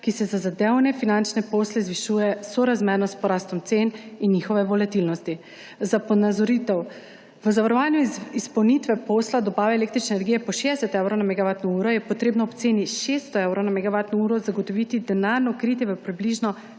ki se za zadevne finančne posle zvišuje sorazmerno s porastom cen in njihove volatilnosti. Za ponazoritev. V zavarovanju izpolnitve posla dobave električne energije po 60 evrov na megavatno uro je treba ob ceni 600 evrov na megavatno uro zagotoviti denarno kritje v približno